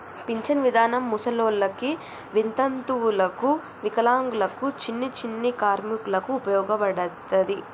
pension విధానం ముసలోళ్ళకి వితంతువులకు వికలాంగులకు చిన్ని చిన్ని కార్మికులకు ఉపయోగపడతది